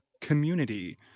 community